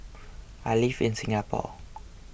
I live in Singapore